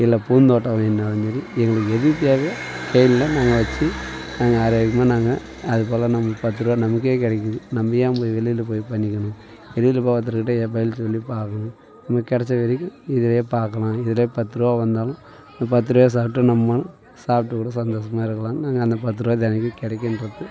இல்லை பூந்தோட்டம் வேணும்ன்னாலும் சரி எங்களுக்கு எது தேவையோ கையில் நாங்கள் வெச்சு நாங்கள் ஆரோக்கியமாக நாங்கள் அதுபோல் நமக்கு பத்துரூபா நமக்கே கிடைக்கிது நம்ம ஏன் போய் வெளியில் போய் பண்ணிக்கணும் வெளியில் போய் ஒருத்தருக்கிட்டே ஏன் பதில் சொல்லிப் பார்க்கணும் நம்ம கிடைச்ச வேலைக்கு இதுவே பார்க்கலாம் இதுலேயே பத்துரூபா வந்தாலும் அந்த பத்துரூபாய சாப்பிட்டு நம்மானு சாப்பிட்டு கூட சந்தோஷமா இருக்கலாம் நாங்கள் அந்த பத்துரூபா தினைக்கும் கிடைக்குன்றது